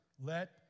let